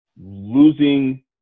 losing